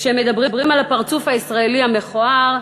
כשמדברים על הפרצוף הישראלי המכוער,